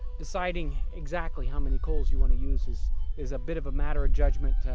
deciding exactly how many coals you want to use is is a bit of a matter of judgement.